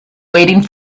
waiting